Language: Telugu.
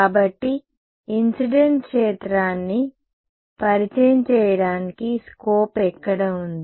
కాబట్టి ఇన్సిడెంట్ క్షేత్రాన్ని పరిచయం చేయడానికి స్కోప్ ఎక్కడ ఉంది